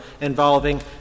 involving